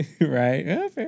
Right